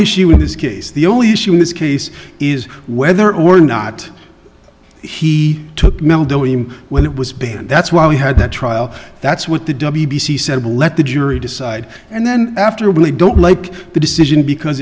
issue in this case the only issue in this case is whether or not he took mel doughy him when it was banned that's why we had the trial that's what the w b c said let the jury decide and then after really don't like the decision because